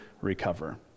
recover